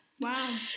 Wow